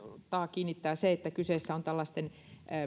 kiinnittää huomiota se että kyseessä ovat